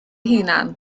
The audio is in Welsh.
hunan